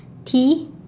tea